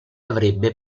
avrebbe